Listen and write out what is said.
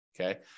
okay